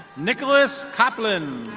nicholas coplin.